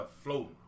floating